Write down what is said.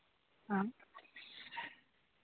हाँ